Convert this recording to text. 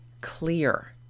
clear